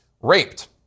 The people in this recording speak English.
raped